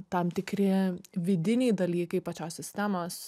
tam tikri vidiniai dalykai pačios sistemos